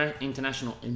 international